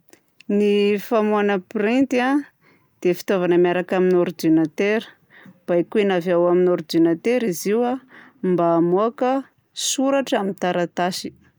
Ny famoahana printy a dia fitaovana miaraka amin'ny ordinateur. Baikona avy ao amin'ny ordinateur izy io a mba hamoaka soratra amin'ny taratasy.